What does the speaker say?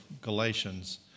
Galatians